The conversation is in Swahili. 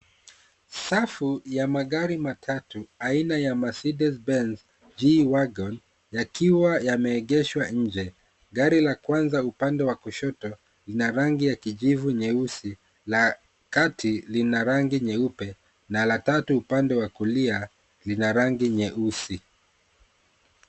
Safu ya magari matatu, aina ya Mercedes Benz G-Wagon yakiwa yameegeshwa nje. Gari la kwanza upande wa kushoto ina rangi ya kijivu nyeusi, la kati lina rangi nyeupe na la tatu upande wa kulia lina rangi nyeusi.